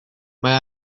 mae